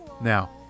Now